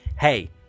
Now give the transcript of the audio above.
hey